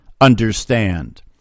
understand